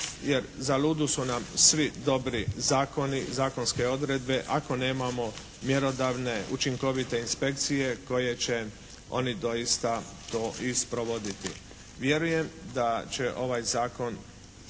Jer zaludu su nam svi dobri zakoni, zakonske odredbe ako nemamo mjerodavne učinkovite inspekcije koje će oni doista to i sprovoditi. Vjerujem da će ovaj zakon